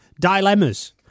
Dilemmas